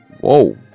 Whoa